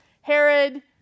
Herod